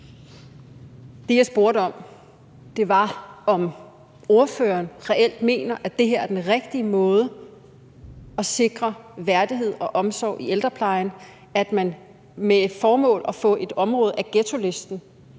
Det, jeg spurgte om, var, om ordføreren reelt mener, at det her er den rigtige måde at sikre værdighed og omsorg i ældreplejen på, altså at man med det formål at få et område af ghettolisten